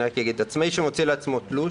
עצמאי שמוציא לעצמו תלוש,